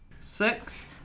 Six